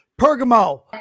Pergamo